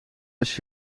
als